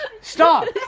stop